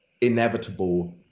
inevitable